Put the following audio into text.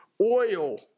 oil